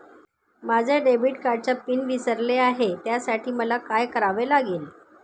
माझ्या डेबिट कार्डचा पिन विसरले आहे त्यासाठी मला काय करावे लागेल?